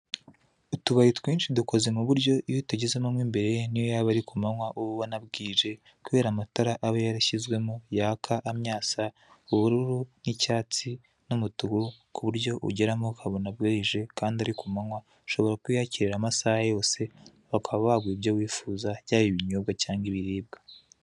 Utubari twinshi dukoze mu buryo iyo utugezemo imbere niyo yaba ari kumanywa uba ubona bwije kubera amatara aba yarashyizwemo yaka amyatse ubururu n'icyatsi n'umutuku ku buryo ugeramo ukabona burije ushobora kuhiyakirira amaaha yose bakaba baguha ibyo wifuza byose yaba ibinyobwa cyangwa ibiribwa.